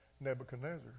Nebuchadnezzar